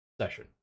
session